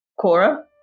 Cora